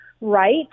right